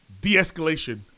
de-escalation